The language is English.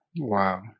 Wow